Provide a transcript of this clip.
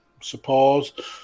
suppose